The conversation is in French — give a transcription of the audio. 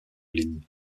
ligne